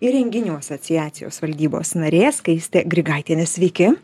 ir renginių asociacijos valdybos narė skaistė grigaitienė sveiki